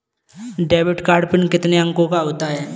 Debit card PIN कितने अंकों का होता है?